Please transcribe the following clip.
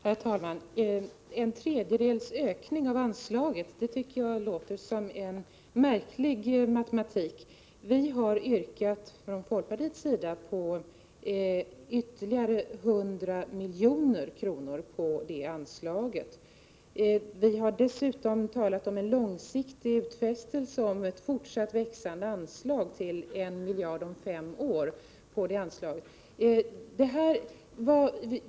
Herr talman! När Viola Furubjelke talar om en tredjedels ökning av anslaget låter det som en märklig matematik. Vi har från folkpartiets sida yrkat på ytterligare 100 milj.kr. på detta anslag. Vi har dessutom talat om en långsiktig utfästelse om ett fortsatt växande anslag till 1 miljard om fem år.